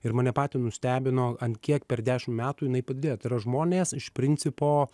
ir mane patį nustebino ant kiek per dešim metų jinai padidėjo tai yra žmonės iš principo